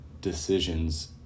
decisions